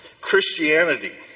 Christianity